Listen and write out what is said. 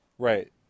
Right